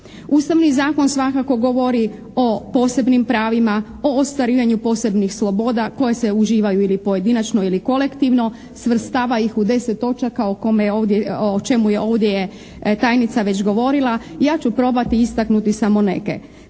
Ustavni zakon svakako govori o posebnim pravima, o ostvarivanju posebnih sloboda koje se uživaju ili pojedinačno ili kolektivno, svrstava ih u deset točaka o čemu je ovdje tajnica već govorila. Ja ću probati istaknuti samo neke.